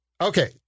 Okay